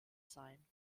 sein